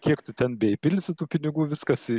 kiek tu ten beįpilsi tų pinigų viskas